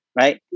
right